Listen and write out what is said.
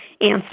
answer